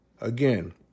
Again